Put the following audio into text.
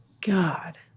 God